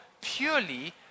purely